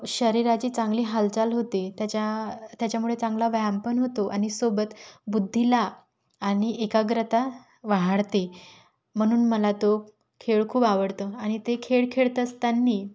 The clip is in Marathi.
शरीराची चांगली हालचाल होते त्याच्या त्याच्यामुळे चांगला व्यायाम पण होतो आणि सोबत बुद्धीला आणि एकाग्रता वाढते म्हणून मला तो खेळ खूप आवडतो आणि ते खेळ खेळत असताना